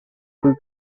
früh